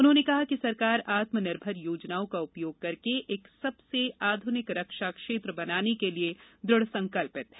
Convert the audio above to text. उन्होंने कहा कि सरकार आत्मनिर्भर योजनाओं का उपयोग करके एक सबसे आधुनिक रक्षा क्षेत्र बनाने के लिए दृढ़ संकल्पित हैं